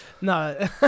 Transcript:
No